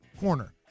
corner